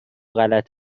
غلط